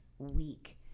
weak